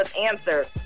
answer